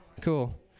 Cool